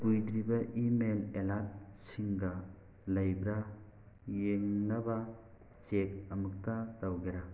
ꯀꯨꯏꯗ꯭ꯔꯤꯕ e mail alert ꯁꯤꯡꯒ ꯂꯩꯕ꯭ꯔꯥ ꯌꯦꯡꯅꯕ ꯆꯦꯛ ꯑꯃꯨꯛꯇ ꯇꯧꯒꯦꯔꯥ